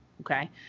okay